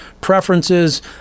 preferences